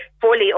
fully